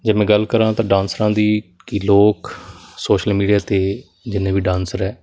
ਜੇ ਮੈਂ ਗੱਲ ਕਰਾਂ ਤਾਂ ਡਾਂਸਰਾਂ ਦੀ ਕਿ ਲੋਕ ਸੋਸ਼ਲ ਮੀਡੀਆ 'ਤੇ ਜਿੰਨੇ ਵੀ ਡਾਂਸਰ ਹੈ